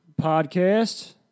Podcast